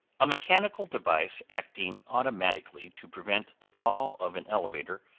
a mechanical device acting automatically to prevent the fall of an elevator,